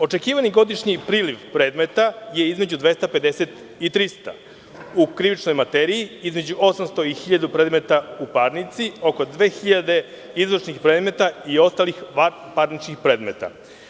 Očekivani godišnji priliv predmeta je između 250 i 300, u krivičnoj materiji između 800 i 1.000 predmeta, u parnici oko 2.000 izvršnih predmeta i ostalih vanparničnih predmeta.